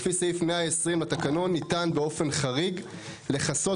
לפי סעיף 120 לתקנון ניתן באופן חריג לכסות